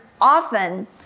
often